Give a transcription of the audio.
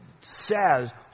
says